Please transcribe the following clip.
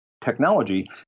technology